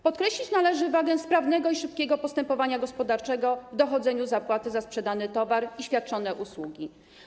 Podkreślić należy wagę sprawnego i szybkiego postępowania gospodarczego w dochodzeniu zapłaty za sprzedany towar i świadczone usługi.